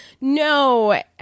No